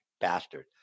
bastard